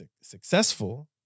successful